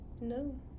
no